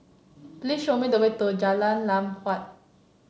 please show me the way to Jalan Lam Huat